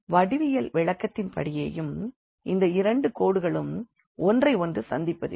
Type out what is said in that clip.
வடிவியல் விளக்கத்தின் படியேயும் இந்த இரண்டு கோடுகளும் ஒன்றையொன்று சந்திப்பதில்லை